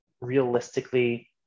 Realistically